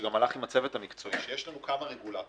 שגם הלך עם הצוות המקצועי שיש לנו כמה רגולטורים,